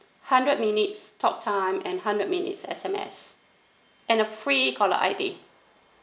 hundred minutes talk time and hundred minutes S_M_S and a free caller I_D